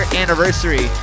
anniversary